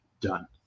done